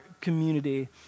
community